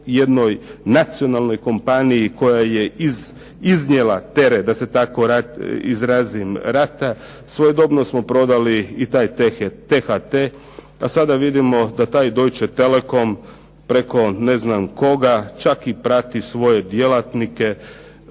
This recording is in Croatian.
jednoj nacionalnoj kompaniji koja je iznijela teret, da se tako izrazim, rata. Svojedobno smo prodali i taj T-HT, a sada vidimo da taj Deutsche telecom preko ne znam koga, čak i prati svoje djelatnike,